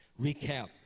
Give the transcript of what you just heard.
recap